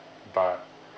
but